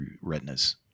retinas